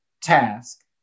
task